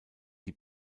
die